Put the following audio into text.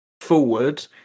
forward